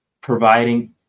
providing